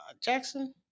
Jackson